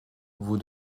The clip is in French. vous